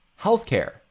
Healthcare